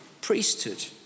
priesthood